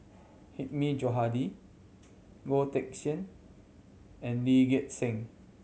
Hilmi Johandi Goh Teck Sian and Lee Gek Seng